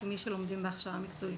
כמי שלומדים בהכשרה מקצועית,